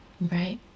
Right